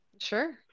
Sure